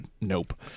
nope